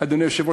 אדוני היושב-ראש,